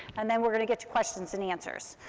and then we're going to get to questions and answers,